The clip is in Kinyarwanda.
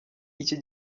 iki